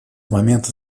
момента